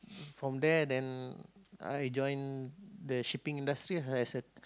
from there then I join the shipping industry lah like I said